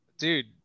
Dude